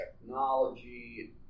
technology